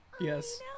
Yes